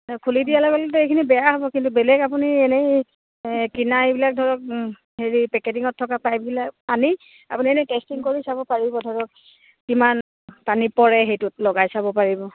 খুলি দিয়াৰ লগে লগে এইখিনি বেয়া হ'ব কিন্তু বেলেগ আপুনি এনেই কিনা এইবিলাক ধৰক হেৰি পেকেটিঙত থকা পাইপবিলাক আনি আপুনি এনেই টেষ্টিং কৰি চাব পাৰিব ধৰক কিমান পানী পৰে সেইটোত লগাই চাব পাৰিব